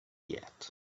yet